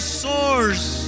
source